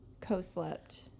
co-slept